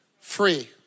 Free